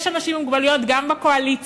יש אנשים עם מוגבלויות גם בקואליציה